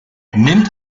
nimmt